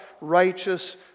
righteous